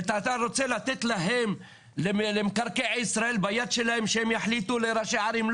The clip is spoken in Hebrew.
ואתה רוצה לתת להם למקרקעי ישראל ביד שלהם שהם יחליטו לראשי הערים?